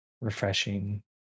refreshing